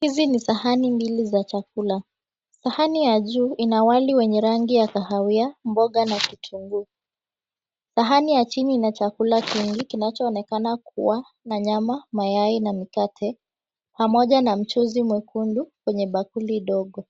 Hizi ni sahani mbili za chakula. Sahani ya juu ina wali wenye rangi ya kahawia mboga na kitunguu. Sahani ya chini ina chakula kingi kinachoonekana kuwa na nyama, mayai na mikate pamoja na mchuzi kwenye bakuli ndogo.